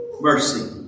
mercy